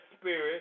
spirit